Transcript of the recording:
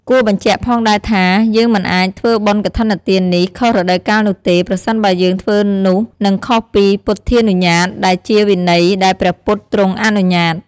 គួរបញ្ជាក់ផងដែរថាយើងមិនអាចធ្វើបុណ្យកឋិនទាននេះខុសរដូវកាលនោះទេប្រសិនបើយើងធ្វើនោះនឹងខុសពី ពុទ្ធានុញ្ញាត ដែលជាវិន័យដែលព្រះពុទ្ធទ្រង់អនុញ្ញាត។